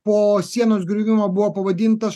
po sienos griuvimo buvo pavadintas